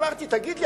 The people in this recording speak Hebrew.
אמרתי: תגיד לי,